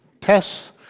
Tests